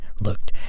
looked